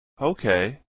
Okay